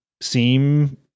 seem